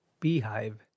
beehive